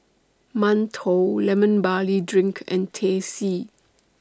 mantou Lemon Barley Drink and Teh C